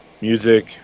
music